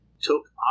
took